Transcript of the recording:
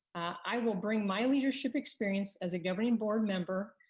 i will bring my leadership experience as a governing board member,